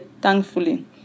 thankfully